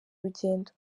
urugendo